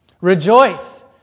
Rejoice